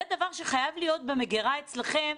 זה דבר שחייב להיות במגרה אצלכם,